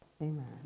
Amen